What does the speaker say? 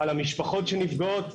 על המשפחות שנפגעות.